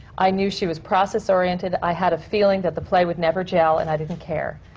i knew she was process-oriented. i had a feeling that the play would never jell and i didn't care.